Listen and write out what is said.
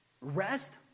Rest